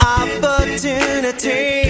opportunity